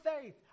faith